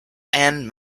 and